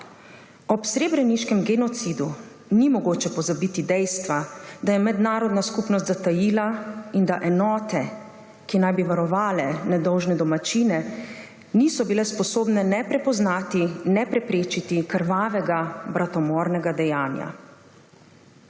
Ob srebreniškem genocidu ni mogoče pozabiti dejstva, da je mednarodna skupnost zatajila in da enote, ki naj bi varovale nedolžne domačine, niso bile sposobne ne prepoznati ne preprečiti krvavega bratomornega dejanja.